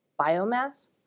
biomass